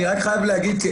אני חייב להגיד.